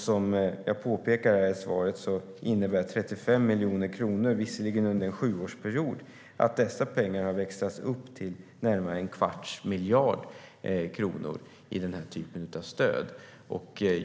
Som jag påpekade i svaret innebär 35 miljoner kronor under en sjuårsperiod att dessa pengar har växlats upp till närmare en kvarts miljard kronor i den här typen av stöd.